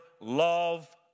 love